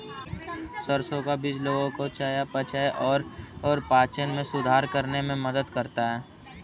सरसों का बीज लोगों के चयापचय और पाचन में सुधार करने में मदद करता है